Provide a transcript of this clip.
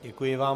Děkuji vám.